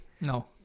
No